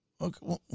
Okay